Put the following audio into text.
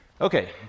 Okay